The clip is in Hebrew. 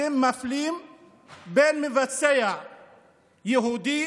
אתם מפלים בין מבצע יהודי